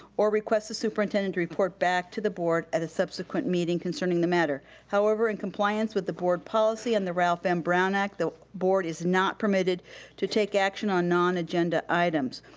or request the superintendent to report back to the board at a subsequent meeting concerning the matter. however, in compliance with the board policy and the ralph m. brown act, the board is not permitted to take action on non-agenda items.